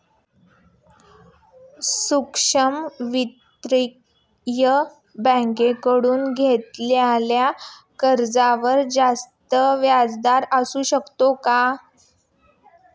सूक्ष्म वित्तीय बँकेकडून घेतलेल्या कर्जावर जास्त व्याजदर असतो का?